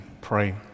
pray